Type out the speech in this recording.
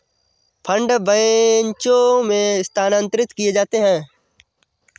fund बैचों में स्थानांतरित किए जाते हैं